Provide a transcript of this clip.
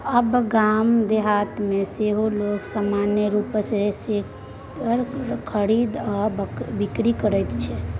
आब गाम देहातमे सेहो लोग सामान्य रूपसँ शेयरक खरीद आ बिकरी करैत छै